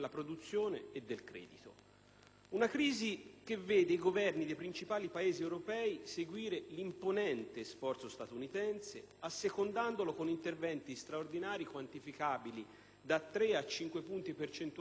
crisi, i Governi dei principali Paesi europei seguono l'imponente sforzo statunitense, assecondandolo con interventi straordinari quantificabili da tre a cinque punti percentuali del proprio prodotto interno lordo.